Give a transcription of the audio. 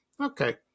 Okay